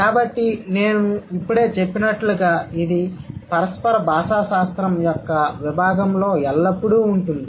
కాబట్టి నేను ఇప్పుడే చెప్పినట్లుగా ఇది పరస్పర భాషాశాస్త్రం యొక్క విభాగంలో ఎల్లప్పుడూ ఉంటుంది